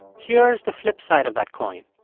here's the flip side of that coin.